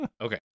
Okay